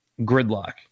gridlock